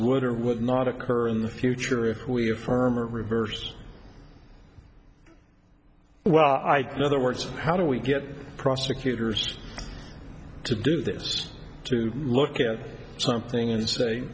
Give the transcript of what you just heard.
would or would not occur in the future if we affirm or reversed well i know that works how do we get prosecutors to do this to look at something and say